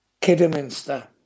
Kidderminster